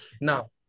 Now